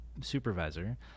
supervisor